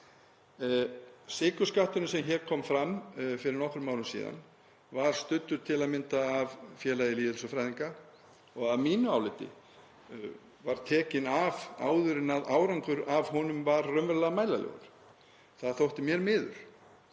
Sykurskatturinn sem hér kom fram fyrir nokkrum árum síðan var studdur til að mynda af Félagi lýðheilsufræðinga og var að mínu áliti tekinn af áður en árangur af honum var raunverulega mælanlegur. Það þótti mér miður.